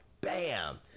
bam